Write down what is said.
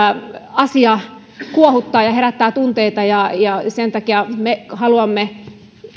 asia kuohuttaa ja herättää tunteita ja ja sen takia me haluamme